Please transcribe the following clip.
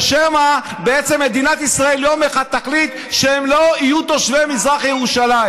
זה שהם אולי יחשבו אי-פעם שהם לא יהיו תושבי ירושלים.